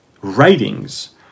writings